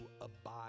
abide